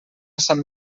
sant